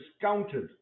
discounted